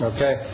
Okay